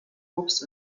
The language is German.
obst